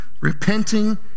repenting